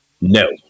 no